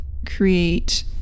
create